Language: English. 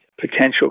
potential